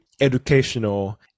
educational